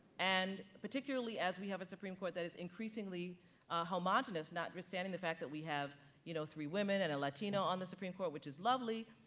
and particularly as we have a supreme court that is increasingly homogenous, notwithstanding the fact that we have, you know, three women and a latina on the supreme court, which is lovely.